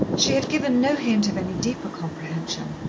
she had given no hint of any deeper comprehension.